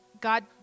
God